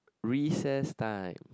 recess time